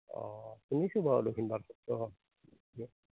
অঁ শুনিছোঁ বাৰু দক্ষিণপাট সত্ৰৰ বিষয়ে